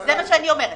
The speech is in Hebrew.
זה מה שאני אומרת.